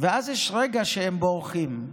ואז יש רגע שהם בורחים,